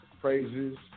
praises